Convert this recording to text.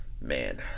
Man